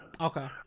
okay